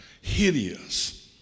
hideous